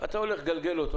אתה צריך לעמוד בכללי הבטיחות,